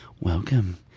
Welcome